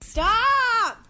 Stop